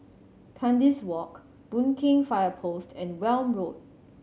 Kandis Walk Boon Keng Fire Post and Welm Road